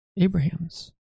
abrahams